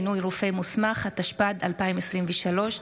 התשפ"ד 2023,